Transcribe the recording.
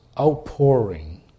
outpouring